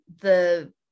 the-